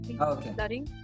okay